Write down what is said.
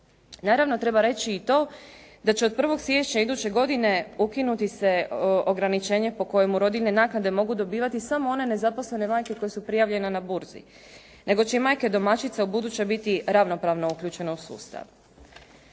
Naravno treba reći i to da će od 1. siječnja iduće godine ukinuti se ograničenje po kojemu rodiljne naknade mogu dobivati samo one nezaposlene majke koje su prijavljene na burzi, nego će i majke domaćice ubuduće biti ravnopravno uključene u sustav.